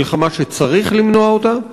מלחמה שצריך למנוע אותה,